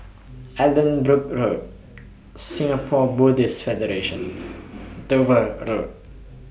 Allanbrooke Road Singapore Buddhist Federation Dover Road